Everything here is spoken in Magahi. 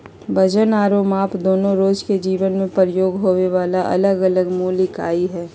वजन आरो माप दोनो रोज के जीवन मे प्रयोग होबे वला अलग अलग मूल इकाई हय